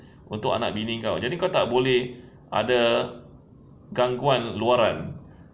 untuk anak bini kau jadi kau tak boleh ada gangguan luaran